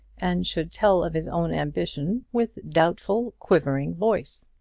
and should tell of his own ambition with doubtful, quivering voice.